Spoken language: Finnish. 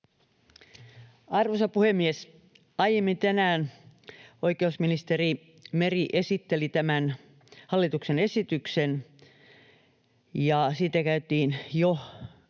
Arvoisa puhemies! Aiemmin tänään oikeusministeri Meri esitteli tämän hallituksen esityksen ja siitä käytiin jo